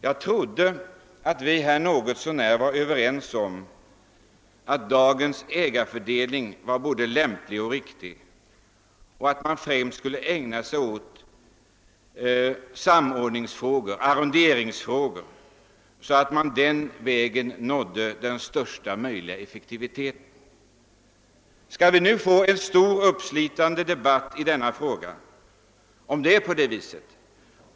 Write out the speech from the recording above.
Jag trodde att vi var något så när överens om att dagens ägarfördelning är både lämplig och riktig och att man främst skall ägna sig åt samordningsfrågor och arronderingsfrågor för att den vägen nå största möjliga effektivitet. Skall vi nu få en stor uppslitande debatt i denna fråga?